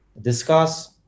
discuss